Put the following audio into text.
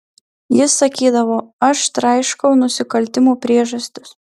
jis sakydavo aš traiškau nusikaltimų priežastis